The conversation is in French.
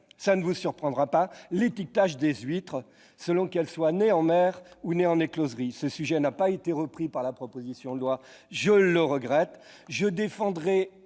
cela ne vous surprendra pas de ma part, à l'étiquetage des huîtres, selon qu'elles soient nées en mer ou en écloserie. Ce sujet n'a pas été repris dans la proposition de loi, et je le regrette.